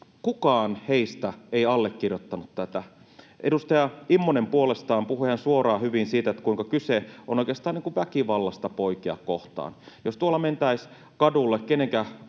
kukaan heistä ei allekirjoittanut tätä. Edustaja Immonen puolestaan puhui ihan suoraan, hyvin siitä, kuinka kyse on oikeastaan väkivallasta poikia kohtaan. Jos tuolla mentäisiin kadulla